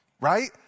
Right